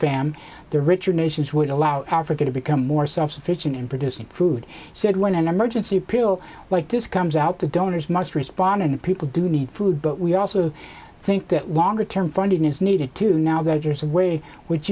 fam the richer nations would allow africa to become more self sufficient in producing food said when an emergency appeal like this comes out the donors must respond and people do need food but we also think that longer term funding is needed to now that there's a way which